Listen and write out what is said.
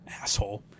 asshole